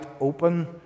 open